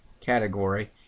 category